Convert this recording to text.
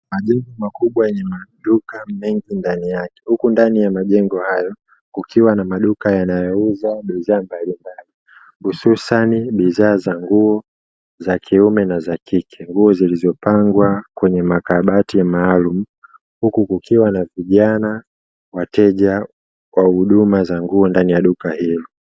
Majengo makubwa yenye maduka mengi ndani yake, huku ndani ya majengo hayo kukiwa na maduka yanayouza bidhaa mbalimbali, hususa ni bidhaa za nguo za kiume na za kike zilizopangwa kwenye makabati maalumu, huku kukiwa na vijana, wateja kwa huduma za nguo ndani ya duka hilo.